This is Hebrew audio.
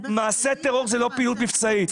מעשה טרור הוא לא פעילות מבצעית.